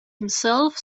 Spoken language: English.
himself